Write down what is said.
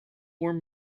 were